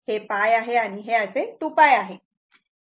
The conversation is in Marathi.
हे π आहे आणि हे असे 2π आहे